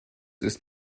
ist